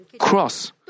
cross